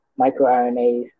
microRNAs